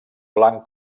blanc